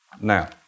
now